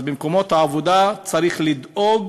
אז במקומות העבודה צריך לדאוג